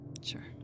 Sure